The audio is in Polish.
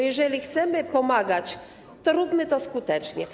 Jeżeli chcemy pomagać, to róbmy to skutecznie.